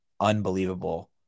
unbelievable